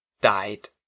died